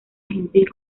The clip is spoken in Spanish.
gentil